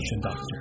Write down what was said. Doctor